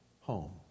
home